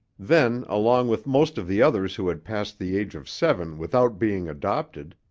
then, along with most of the others who had passed the age of seven without being adopted,